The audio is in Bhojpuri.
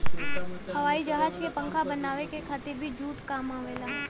हवाई जहाज क पंखा बनावे के खातिर भी जूट काम आवेला